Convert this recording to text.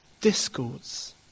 discords